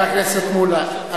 חבר הכנסת מולה,